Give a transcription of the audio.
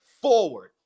forward